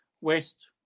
West